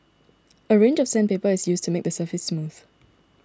a range of sandpaper is used to make the surface smooth